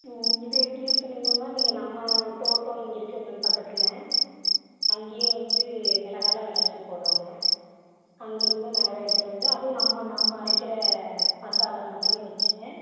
ம் இது எப்படின்னு சொன்னீங்கன்னால் மேம் இங்கெ நம்ம தோட்டம் இங்கே இருக்குங்க மேம் பக்கத்தில் அங்கேயே வந்து மிளகாலாம் விளச்சல் போடுகிறோங்க அங்கே இருந்து மிளகா எடுத்து வந்து அதுவும் நம்ம நம்ம அரைக்கிற மசாலா மட்டுமே வெச்சுங்க